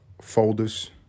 folders